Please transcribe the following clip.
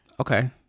okay